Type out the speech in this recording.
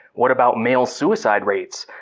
what about male suicide rates?